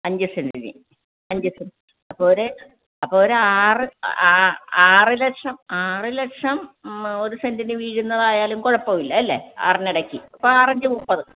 അഞ്ച് സെൻറിന് അഞ്ച് സെൻറിന് അപ്പോൾ ഒരു അപ്പോൾ ഒരു ആറ് ആറ് ലക്ഷം ഒരു സെൻറിന് വീഴുന്നത് ആയാലും കുഴപ്പം ഇല്ല അല്ലേ ആറിന് ഇടയ്ക്ക് അപ്പോൾ ആറഞ്ച് മുപ്പത്